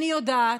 אני יודעת,